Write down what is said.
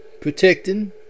protecting